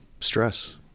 stress